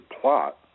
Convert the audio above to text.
plot